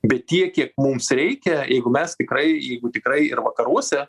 bet tiek kiek mums reikia jeigu mes tikrai jeigu tikrai ir vakaruose